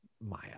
Maya